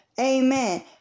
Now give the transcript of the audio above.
Amen